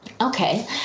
Okay